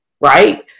right